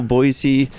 Boise